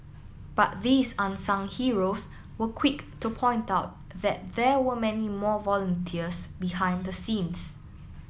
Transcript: but these unsung heroes were quick to point out that there were many more volunteers behind the scenes